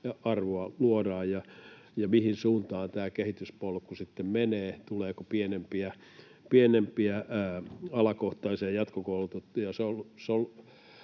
mihin suuntaan tämä kehityspolku sitten menee, tuleeko pienempiä, alakohtaisia jatkokoulutettuja